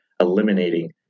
eliminating